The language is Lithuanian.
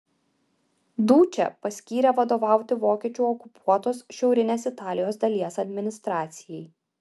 dučę paskyrė vadovauti vokiečių okupuotos šiaurinės italijos dalies administracijai